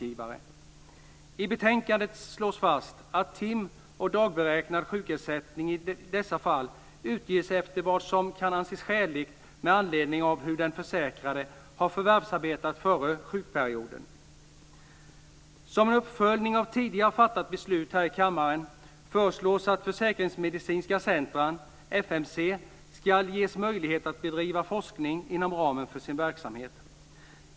I betänkandet slås fast att tim och dagberäknad sjukersättning i dessa fall utges efter vad som kan anses skäligt med anledning av hur den försäkrade har förvärvsarbetat före sjukperioden. Som en uppföljning av tidigare fattade beslut här i kammaren föreslås att Försäkringsmedicinska centrum, FMC, ska ges möjlighet att bedriva forskning inom ramen för sin verksamhet.